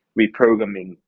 Reprogramming